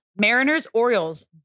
Mariners-Orioles